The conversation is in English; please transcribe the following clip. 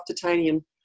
titanium